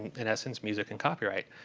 in essence, music and copyright.